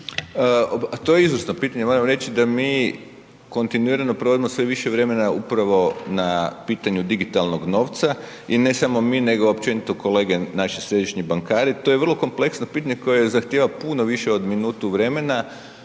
To je izvrsno pitanje, evo reći ću da mi kontinuirano provodimo sve više vremena upravo na pitanju digitalnog novca. I ne samo mi nego općenito kolege naši središnji bankari. To je vrlo kompleksno pitanje koje zahtjeva puno više od minutu vremena,